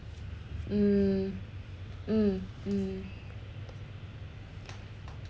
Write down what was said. mm mm mm